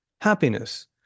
happiness